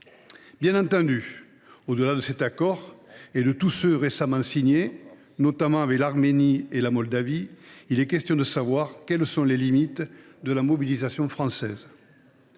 Bien entendu, au delà de cet accord et de tous ceux qui ont récemment été signés, notamment avec l’Arménie et la Moldavie, la question est de savoir quelles sont les limites de la mobilisation française.